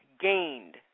gained